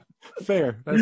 fair